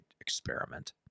experiment